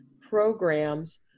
programs